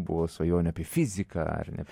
buvo svajonė apie fiziką ar ne